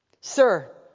Sir